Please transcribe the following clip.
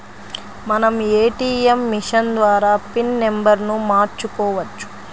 మనం ATM machine ద్వారా pin నెంబర్ను మార్చుకోవచ్చు